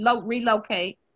relocate